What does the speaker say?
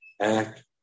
act